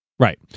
Right